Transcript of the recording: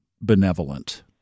benevolent